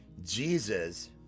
Jesus